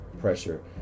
pressure